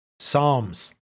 Psalms